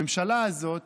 הממשלה הזאת